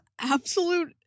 Absolute